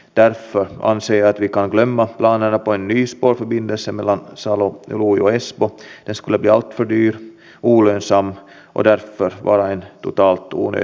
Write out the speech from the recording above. toivon että tässä vaiheessa näille lausunnoille annetaan se vahva arvo ja teemme yhdessä koko eduskunta harmaan talouden vastaista työtä